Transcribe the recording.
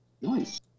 Nice